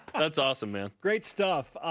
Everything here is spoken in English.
that is awesome, man. great stuff.